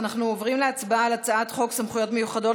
אנחנו עוברים להצבעה על הצעת חוק סמכויות מיוחדות